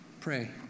pray